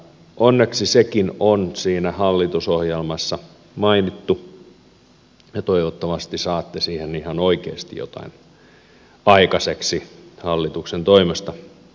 onneksi sekin on siinä hallitusohjelmassa mainittu ja toivottavasti saatte siihen ihan oikeasti jotain aikaiseksi hallituksen toimesta